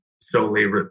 solely